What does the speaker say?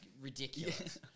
ridiculous